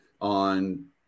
on